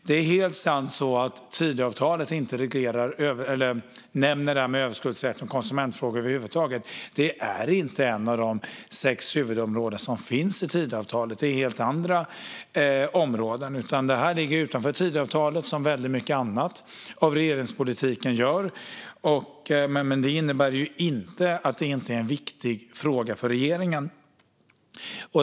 Det är helt sant att Tidöavtalet inte nämner överskuldsättning och konsumentfrågor över huvud taget. Det är inte ett av de sex huvudområden som finns i Tidöavtalet. Det är helt andra områden. Det här ligger utanför Tidöavtalet, som väldigt mycket annat av regeringspolitiken gör. Men det innebär inte att det inte är en viktig fråga för regeringen.